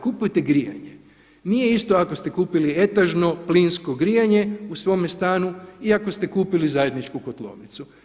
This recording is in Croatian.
Kupujete grijanje, nije isto ako ste kupili etažno, plinsko grijanje u svome stanu i ako ste kupili zajedničku kotlovnicu.